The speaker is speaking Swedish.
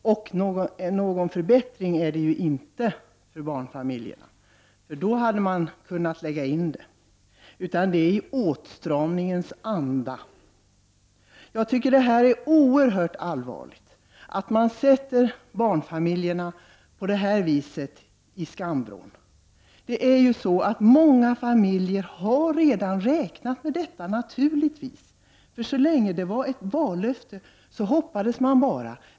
Någon förbättring för barnfamiljerna är det ju inte fråga om. Det hela går i åtstramningens anda. Jag tycker att det är oerhört allvarligt att man på detta ställer barnfamiljerna i skamvrån. Många familjer har naturligtvis redan räknat med att denna reform skulle genomföras. Så länge det var ett vallöfte hoppades man bara.